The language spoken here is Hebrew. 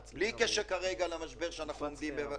וזה בלי קשר למשבר שאנחנו נמצאים בו.